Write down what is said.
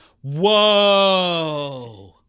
whoa